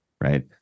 Right